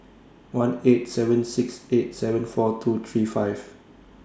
one eight seven six eight seven four two three five